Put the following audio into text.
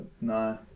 No